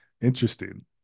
Interesting